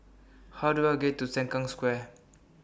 How Do I get to Sengkang Square